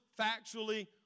factually